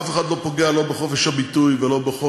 אף אחד לא פוגע לא בחופש הביטוי, לא בחופש